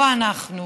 לא אנחנו.